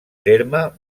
terme